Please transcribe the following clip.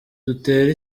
dutere